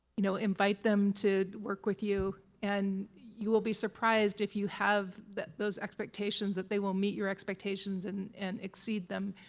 you know invite them to work with you. and you will be surprised if you have those expectations that they will meet your expectations and and exceed them.